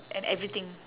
and everything